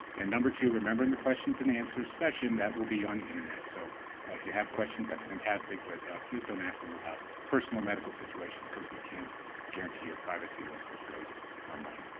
and number two, remember and the questions and answers session, that will be on the internet. so if you have questions, that's fantastic, but please don't ask them about personal medical situations, because we can't guarantee your privacy once this goes online.